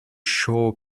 shore